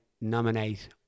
nominate